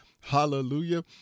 hallelujah